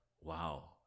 Wow